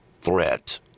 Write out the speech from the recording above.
threat